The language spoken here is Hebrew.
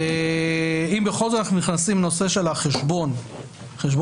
אם בכל זאת אנחנו נכנסים לנושא החשבון העסקי,